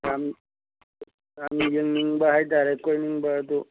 ꯌꯥꯝ ꯌꯥꯝ ꯌꯦꯡꯅꯤꯡꯕ ꯍꯥꯏꯇꯔꯦ ꯀꯣꯏꯅꯤꯡꯕ ꯑꯗꯨ